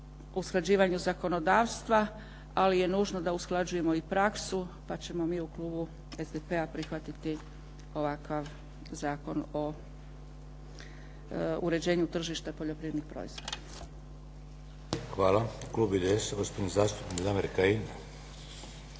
usklađivanju zakonodavstva ali je nužno da usklađujemo i praksu pa ćemo mi u klubu SDP-a prihvatiti ovakav Zakon o uređenju tržišta poljoprivrednih proizvoda. **Šeks, Vladimir (HDZ)** Hvala. Klub IDS-a gospodin zastupnik Damir Kajin.